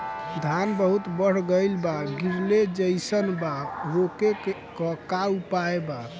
धान बहुत बढ़ गईल बा गिरले जईसन बा रोके क का उपाय बा?